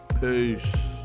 Peace